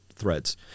Threads